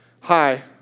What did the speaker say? Hi